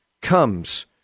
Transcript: comes